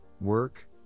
work